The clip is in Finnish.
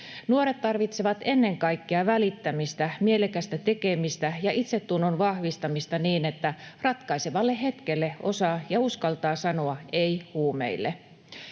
Nuoret tarvitsevat ennen kaikkea välittämistä, mielekästä tekemistä ja itsetunnon vahvistamista, niin että ratkaisevana hetkenä osaa ja uskaltaa sanoa ”ei” huumeille.